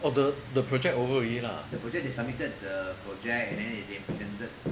oh the the project over already lah